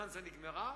הבוננזה נגמרה,